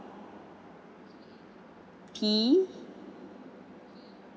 T